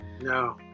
No